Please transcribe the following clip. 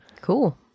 Cool